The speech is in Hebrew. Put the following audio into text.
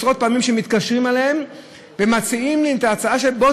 עשרות פעמים מתקשרים אליהם ומציעים את ההצעה: בוא